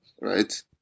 right